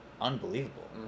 unbelievable